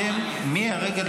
כן, מה מעניין?